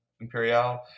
Imperial